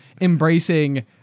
embracing